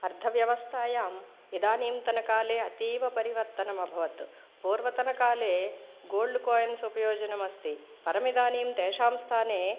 अर्थव्यवस्थायाम् इदानीन्तनकाले अतीवपरिवर्तनम् अभवत् पूर्वतनकाले गोल्ड् कोय्न्स् उपयोजनमस्ति परमिदानीं तेषां स्थाने